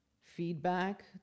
feedback